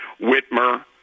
Whitmer